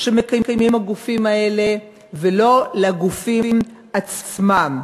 שמקיימים הגופים האלה ולא לגופים עצמם,